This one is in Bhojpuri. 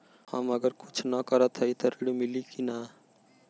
हम अगर कुछ न करत हई त ऋण मिली कि ना?